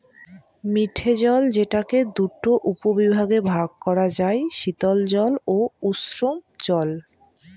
মিঠে জল যেটাকে দুটা উপবিভাগে ভাগ করা যায়, শীতল জল ও উষ্ঞজল